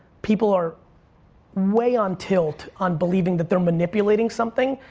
people are way on tilt on believing that they're manipulating something.